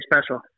special